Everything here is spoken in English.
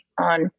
on